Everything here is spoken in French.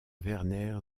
werner